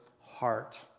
heart